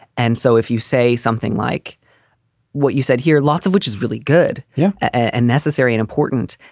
and so if you say something like what you said here, lots of which is really good yeah and necessary and important,